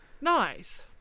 Nice